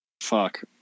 Fuck